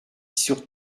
sur